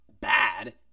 bad